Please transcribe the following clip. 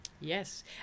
yes